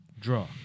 draw